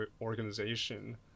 organization